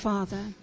Father